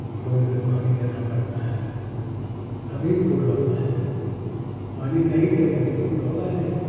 वह फूल में पानी देना पड़ता है तभी फूल होते हैं पानी नहीं देंगे तो फूल होंगे नहीं